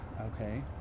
Okay